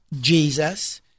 Jesus